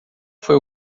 foi